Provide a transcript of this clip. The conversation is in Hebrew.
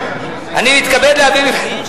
אני מתכבד להביא בפניכם,